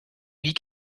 wie